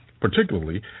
particularly